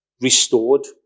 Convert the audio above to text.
restored